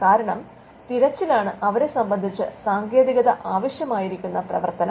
കാരണം തിരച്ചിലാണ് അവരെ സംബന്ധിച്ച് സാങ്കേതികത ആവശ്യമായിരുക്കുന്ന പ്രവർത്തനം